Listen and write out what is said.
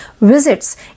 visits